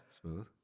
Smooth